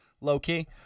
low-key